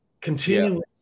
Continuously